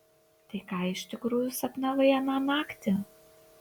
tai ką iš tikrųjų sapnavai aną naktį